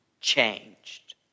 changed